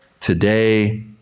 today